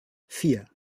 vier